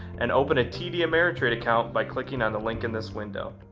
and open a td ameritrade account by clicking on the link in this window.